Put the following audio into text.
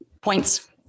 points